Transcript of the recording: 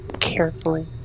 carefully